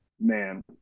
man